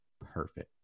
perfect